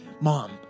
Mom